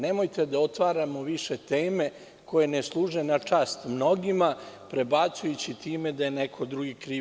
Nemojte da otvaramo više teme koje ne služe na čast mnogima, prebacujući time da je neko drugi kriv.